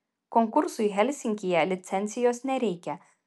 konkursui helsinkyje licencijos nereikia